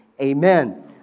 amen